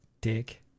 Dick